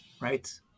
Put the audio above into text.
right